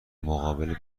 مقابله